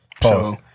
Pause